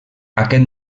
aquest